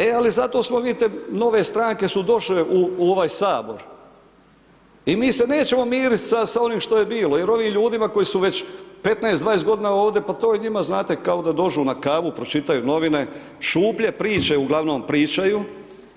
E, ali zato smo, vidite, nove stranke su došle u ovaj HS i mi se nećemo miriti sad sa ovim što je bilo jer ovim ljudima koji su već 15, 20 godina ovdje, pa to je njima znate, kao da dođu na kavu, pročitaju novine, šuplje priče uglavnom pričaju,